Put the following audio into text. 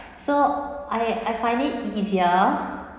so I I find it easier